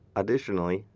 additionally,